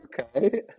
okay